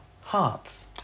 hearts